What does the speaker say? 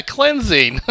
Cleansing